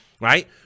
right